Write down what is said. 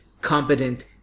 competent